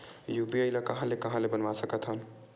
UPI ल कहां ले कहां ले बनवा सकत हन?